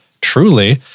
truly